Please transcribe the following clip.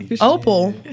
Opal